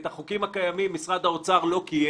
החוקים הקיימים משרד האוצר לא קיים,